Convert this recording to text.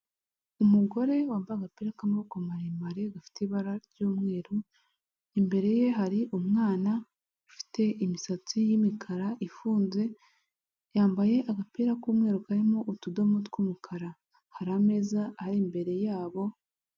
Umugore wambaye agapira k'amaboko maremare, gafite ibara ry'umweru. Imbere ye hari umwana ufite imisatsi y'imikara ifunze, yambaye agapira k'umweru, karimo utudomo tw'umukara. Hari ameza ari imbere yabo.